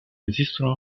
esistono